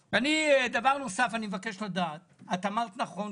דבר נוסף אני מבקש לדעת: את אמרת נכון,